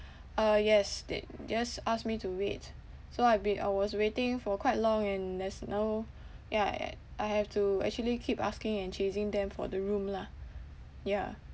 uh yes they just asked me to wait so I've be~ I was waiting for quite long and there's no ya at I have to actually keep asking and chasing them for the room lah yeah